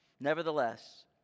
Nevertheless